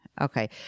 Okay